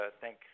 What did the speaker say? thank